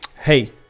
Hey